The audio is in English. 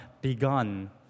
begun